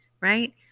right